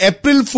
April